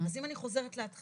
אז אם אני חוזרת להתחלה,